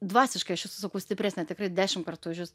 dvasiškai aš esu sakau stipresnė tikrai dešimt kartų už jus